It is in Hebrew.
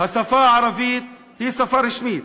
השפה הערבית היא שפה רשמית.